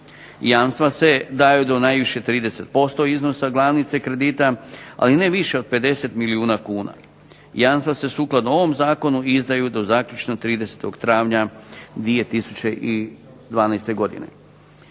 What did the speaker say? Jamstva se daju do najviše 30% iznosa glavnice kredita, ali ne više od 50 milijuna kuna. Jamstva se sukladno ovom zakonu izdaju do zaključno 30. travnja 2012. godine.